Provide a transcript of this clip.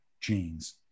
genes